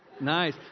Nice